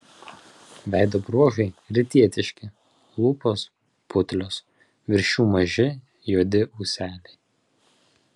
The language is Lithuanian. veido bruožai rytietiški lūpos putlios virš jų maži juodi ūseliai